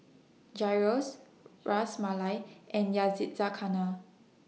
Gyros Ras Malai and Yakizakana